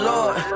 Lord